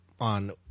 on